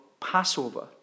Passover